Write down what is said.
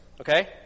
Okay